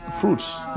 fruits